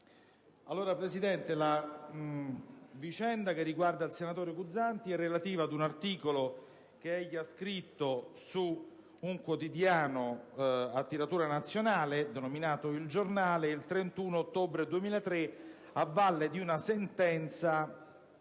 Signor Presidente, la vicenda riguardante il senatore Guzzanti è relativa ad un articolo che egli ha scritto su un quotidiano a tiratura nazionale, denominato "Il Giornale", il 31 ottobre 2003, a valle di una sentenza